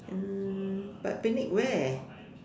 um but picnic where